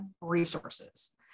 resources